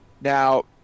Now